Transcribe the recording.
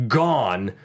gone